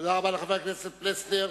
תודה רבה לחבר הכנסת פלסנר.